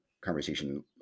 conversation